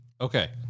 Okay